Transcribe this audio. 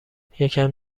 یکم